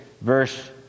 verse